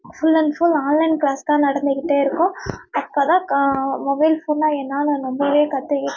full and full online class தான் நடந்துகிட்டே இருக்கும் அப்போ தான் க மொபைல் ஃபோன்னா என்னானு ரொம்பவே கற்றுக்கிட்டேன்